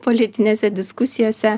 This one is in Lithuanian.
politinėse diskusijose